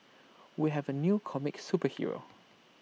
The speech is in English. we have A new comic superhero